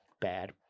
bad